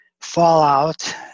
fallout